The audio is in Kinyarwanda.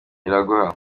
iraguha